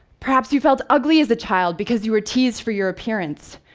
perhaps you felt ugly as a child because you were teased for your appearance.